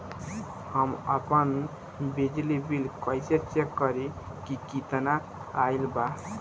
हम आपन बिजली बिल कइसे चेक करि की केतना आइल बा?